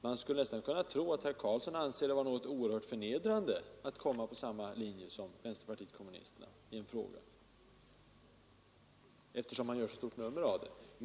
Man skulle nästan kunna tro att herr Karlsson anser det vara något oerhört förnedrande att komma på samma linje som vänsterpartiet kommunisterna, eftersom han gör ett sådant stort nummer av det.